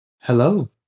hello